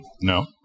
No